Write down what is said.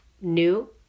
new